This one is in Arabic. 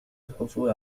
الحصول